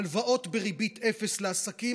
הלוואות בריבית אפס לעסקים,